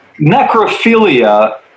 necrophilia